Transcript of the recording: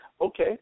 Okay